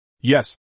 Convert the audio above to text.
Yes